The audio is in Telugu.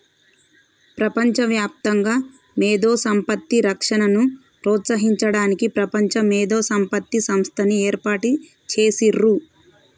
ప్రపంచవ్యాప్తంగా మేధో సంపత్తి రక్షణను ప్రోత్సహించడానికి ప్రపంచ మేధో సంపత్తి సంస్థని ఏర్పాటు చేసిర్రు